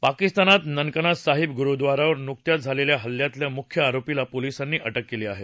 पाकिस्तानात नानकाना साहिब गुरुद्वारावर नुकत्याच झालेल्या हल्ल्यातल्या मुख्य आरोपीला पोलिसांनी अटक केली आहे